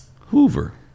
Hoover